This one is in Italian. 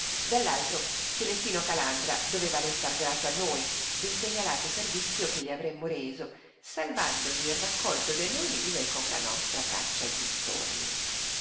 dall'altro celestino calandra doveva restar grato a noi del segnalato servizio che gli avremmo reso salvandogli il raccolto delle ulive con la nostra caccia agli storni